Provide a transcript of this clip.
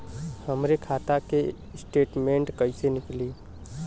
हमरे खाता के स्टेटमेंट कइसे निकली?